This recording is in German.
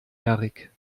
erik